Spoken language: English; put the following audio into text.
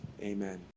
amen